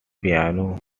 piano